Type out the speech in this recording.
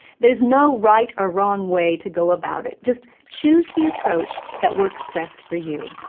there's no right or wrong way to go about it. just choose the approach that works best for you.